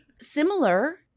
similar